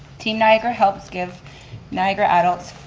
team niagara helps give niagara adults,